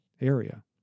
area